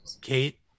kate